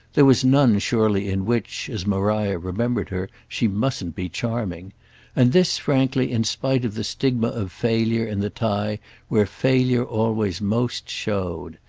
there was none surely in which, as maria remembered her, she mustn't be charming and this frankly in spite of the stigma of failure in the tie where failure always most showed.